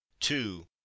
two